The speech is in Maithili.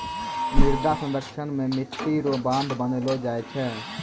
मृदा संरक्षण मे मट्टी रो बांध बनैलो जाय छै